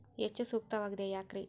ಹೆಚ್ಚು ಸೂಕ್ತವಾಗಿದೆ ಯಾಕ್ರಿ?